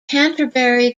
canterbury